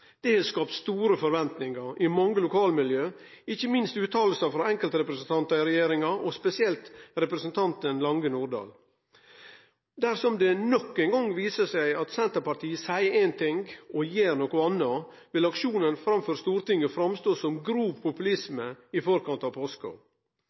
Det har skapt store forventingar i mange lokalmiljø, og ikkje minst har utsegner frå enkeltrepresentantar i regjeringa og spesielt representanten Lange Nordahl gjort det. Dersom det nok ein gong viser seg at Senterpartiet seier éin ting, men gjer noko anna, vil aksjonen framfor Stortinget framstå som grov